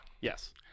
Yes